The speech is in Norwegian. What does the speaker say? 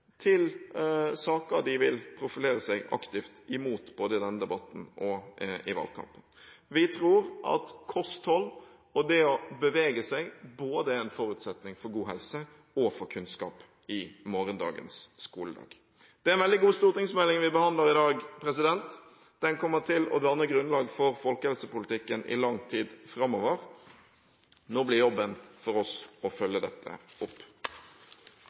til saker de vil profilere seg aktivt imot, både i denne debatten og i valgkampen. Vi tror at kosthold og det å bevege seg, er en forutsetning både for god helse og for kunnskap i morgendagens skoledag. Det er en veldig god stortingsmelding vi behandler i dag. Den kommer til å danne grunnlag for folkehelsepolitikken i lang tid framover. Nå blir jobben for oss å følge dette opp.